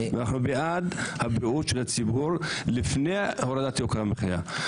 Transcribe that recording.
אנו בעד בריאות הציבור לפני הורדת יוקר המחיה.